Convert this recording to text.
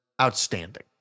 outstanding